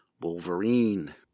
Wolverine